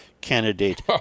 candidate